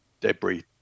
debris